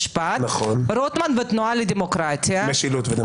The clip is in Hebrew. רוטמן והתנועה לדמוקרטיה- -- משילות ודמוקרטיה.